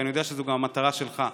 ואני יודע שזו גם המטרה שלך.